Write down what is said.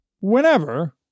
Whenever